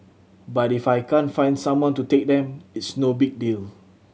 but if I can't find someone to take them it's no big deal